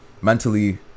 mentally